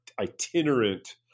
itinerant